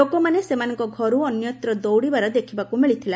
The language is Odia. ଲୋକମାନେ ସେମାନଙ୍କ ଘରୁ ଅନ୍ୟତ୍ର ଦୌଡ଼ିବାର ଦେଖିବାକୁ ମିଳିଥିଲା